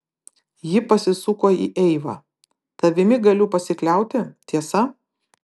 ji pasisuko į eivą tavimi galiu pasikliauti tiesa